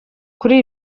kuri